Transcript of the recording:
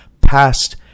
past